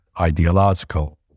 ideological